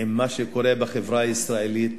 עם מה שקורה בחברה הישראלית,